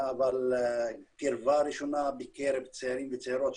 אבל קרבה ראשונה בקרב צעירים וצעירות,